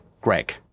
greg